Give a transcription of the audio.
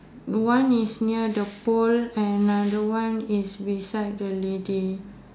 one is near the pole and another one is beside the lady